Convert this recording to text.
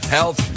Health